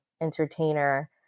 entertainer